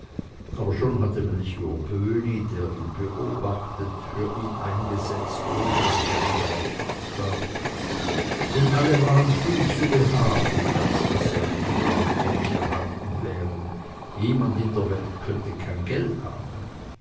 aber schon hatte melcher böhni der ihn beobachtet für ihn eingesetzt ohne daß jemand darauf achtgab denn alle waren viel zu behaglich als daß sie auf den argwohn geraten wären jemand in der welt könne kein geld haben